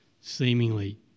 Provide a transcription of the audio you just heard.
seemingly